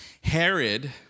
Herod